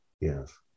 Yes